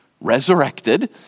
resurrected